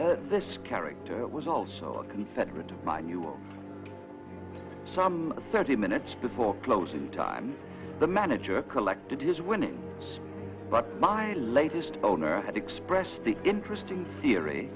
said this character was also a confederate by knew some thirty minutes before closing time the manager collected his winnings but my latest owner had expressed the interesting theory